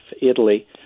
Italy